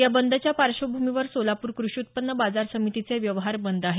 या बंदच्या पार्श्वभूमीवर सोलापूर कृषी उत्पन्न बाजार समितीचे व्यवहार बंद आहेत